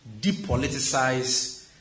depoliticize